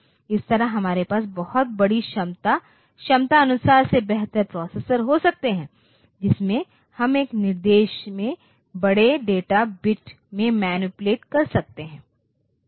इस तरह हमारे पास बहुत बड़ी क्षमता क्षमता अनुसार से बेहतर प्रोसेसर हो सकते हैं जिसमें हम एक निर्देश में बड़े डेटा बिट में मैनिपुलेट कर सकते हैं